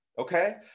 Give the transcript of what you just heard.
Okay